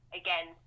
again